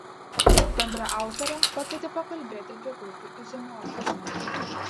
bendraautorę pakvietė pakalbėti apie grupių izomorfizmą